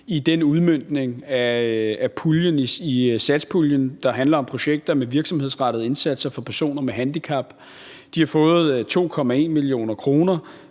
i den udmøntning af puljen i satspuljen, der handler om projekter med virksomhedsrettede indsatser for personer med handicap. De har fået 2,1 mio. kr.,